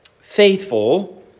faithful